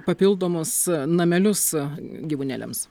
papildomus namelius gyvūnėliams